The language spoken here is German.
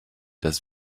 das